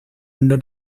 under